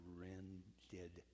rended